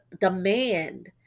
demand